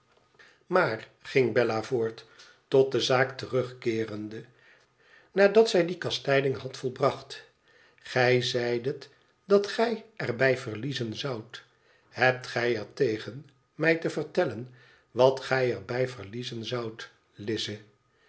maar ging bella voort tot de zaak terugkeerende nadat zij die kas tijding had volbracht gij zeidet dat gij er bij verliezen zoudt hebt gi er tegen mij te vertellen wat gij er bij verliezen zoudt